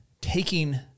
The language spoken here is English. taking